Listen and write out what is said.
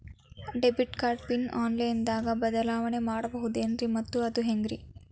Debit card pin online ದಾಗ ಬದಲಾವಣೆ ಮಾಡಬಹುದೇನ್ರಿ ಮತ್ತು ಅದು ಹೆಂಗ್ರಿ?